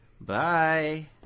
Bye